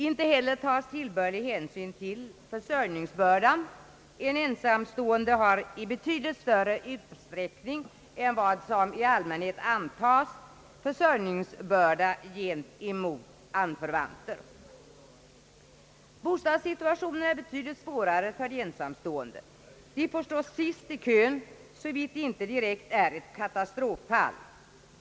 Inte heller tas vederbörlig hänsyn till försörjningsbördan. En ensamstående har i betydligt större utsträckning än vad som i allmänhet ar: tas försörjningsbörda gentemot släktingar. Bostadssituationen är betydligt svårare för de ensamstående. De får stå sist i kön, såvida de inte är direkta katastroffall.